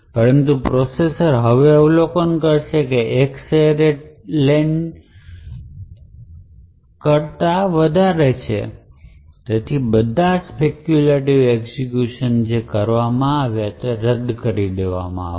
પરંતુ પ્રોસેસર હવે અવલોકન કરશે કે X એ array len કરતાં વધારે છે તેથી બધા સ્પેક્યૂલેટિવ એક્ઝેક્યુશન જે કરવામાં આવ્યા છે તે રદ કરવામાં આવશે